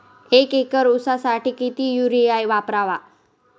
एक एकर ऊसासाठी किती युरिया वापरावा?